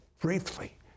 Briefly